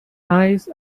eyes